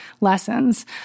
lessons